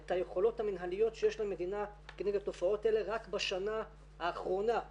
יש המון שיח בשנתיים האחרונות על כך שהדבר הזה הולך להיות לא חוקי.